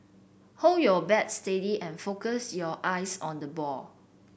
hold your bat steady and focus your eyes on the ball